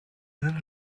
little